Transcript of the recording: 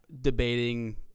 debating